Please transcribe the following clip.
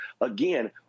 again